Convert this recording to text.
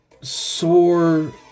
sore